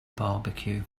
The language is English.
barbecue